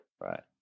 right